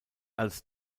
als